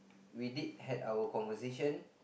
we did had our conversation